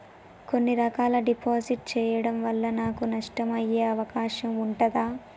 కొన్ని రకాల డిపాజిట్ చెయ్యడం వల్ల నాకు నష్టం అయ్యే అవకాశం ఉంటదా?